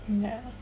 ya